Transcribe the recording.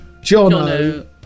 Jono